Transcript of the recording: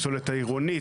הפסולת העירונית,